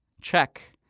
check